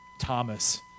Thomas